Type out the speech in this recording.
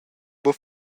buca